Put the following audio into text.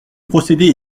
procéder